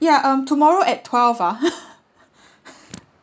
ya um tomorrow at twelve ah